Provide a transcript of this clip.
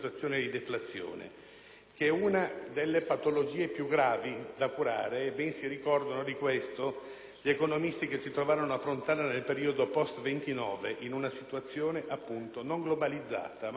che è una delle patologie più gravi da curare. Ben si ricordano di questo gli economisti che si trovarono ad affrontarla nel periodo *post* 1929, in una situazione non globalizzata ma ancora molto circoscritta.